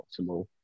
optimal